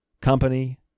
company